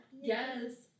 Yes